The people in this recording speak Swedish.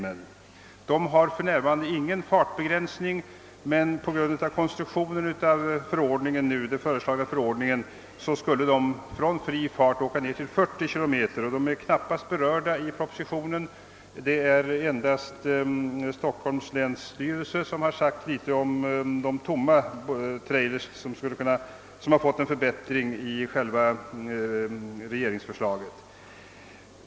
För dem gäller för närvarande ingen fartbegränsning, men på grund av konstruktionen av den föreslagna förordningen skulle hastigheten för dessa från fri fart minskas till 40 km/tim. De är knappast berörda i propositionen. Endast länsstyrelsen i Stockholms län har yttrat sig om de tomma trailers som har fått en förbättring i regeringsförslaget.